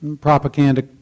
Propaganda